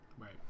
right